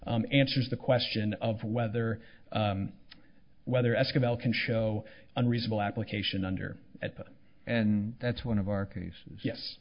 answers the question of whether whether ask about can show unreasonable application under and that's one of our cases yes